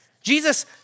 Jesus